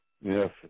Yes